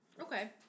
Okay